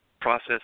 process